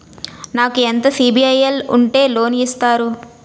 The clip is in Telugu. నాకు ఎంత సిబిఐఎల్ ఉంటే లోన్ ఇస్తారు?